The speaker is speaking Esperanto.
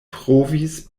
provis